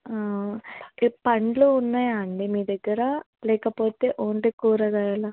పండ్లు ఉన్నాయా అండి మీ దగ్గర లేకపోతే ఓన్లీ కూరగాయలా